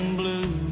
blue